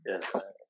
Yes